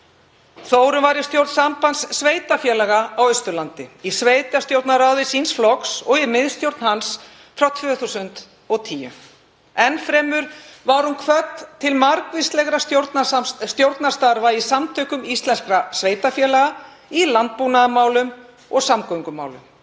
Þórunn var í stjórn Sambands sveitarfélaga á Austurlandi, í sveitarstjórnarráði síns flokks og í miðstjórn hans frá 2010. Enn fremur var hún kvödd til margvíslegra stjórnarstarfa í samtökum íslenskra sveitarfélaga, í landbúnaðarmálum og samgöngumálum.